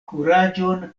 kuraĝon